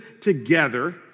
together